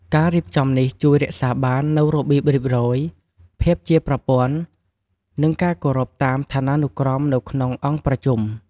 ការរៀបចំនេះជួយរក្សាបាននូវរបៀបរៀបរយ ភាពជាប្រព័ន្ធ និងការគោរពតាមឋានានុក្រមនៅក្នុងអង្គប្រជុំ។